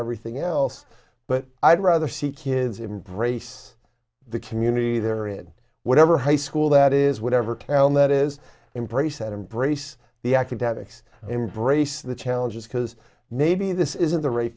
everything else but i'd rather see kids embrace the community there in whatever high school that is whatever tell that is in preset embrace the academics embrace the challenges because maybe this isn't the r